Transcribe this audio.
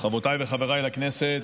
חברותיי וחבריי לכנסת,